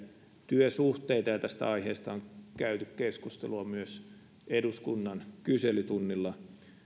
työsuhteita ja tästä aiheesta on käyty keskustelua myös eduskunnan kyselytunnilla